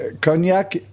cognac